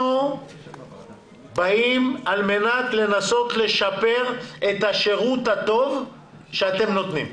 אנחנו באים על מנת לנסות לשפר את השירות הטוב שאתם נותנים.